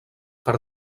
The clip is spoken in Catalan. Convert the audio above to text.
per